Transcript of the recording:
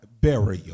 burial